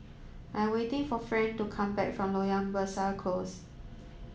I am waiting for Friend to come back from Loyang Besar Close